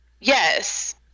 yes